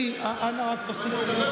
חבל לי.